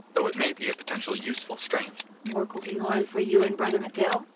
though it may be a potentially useful strain more cooking oil for you and brother mateo?